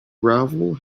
gravel